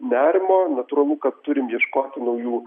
nerimo natūralu kad turim ieškoti naujų